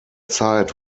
zeit